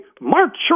march